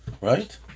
right